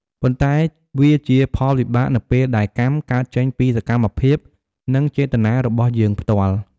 ប៉ុន្តែវាជាផលវិបាកនៅពេលដែលកម្ម កើតចេញពីសកម្មភាព និងចេតនារបស់យើងផ្ទាល់។